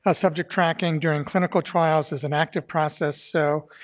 ah subject tracking during clinical trials is an active process so